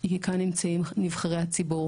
היא כי כאן נמצאים נבחרי הציבור